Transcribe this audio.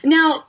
Now